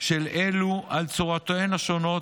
של אלו על תצורותיהן השונות.